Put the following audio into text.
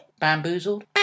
bamboozled